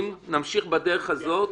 אם נמשיך בדרך הזאת,